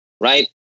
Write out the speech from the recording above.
right